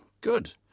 good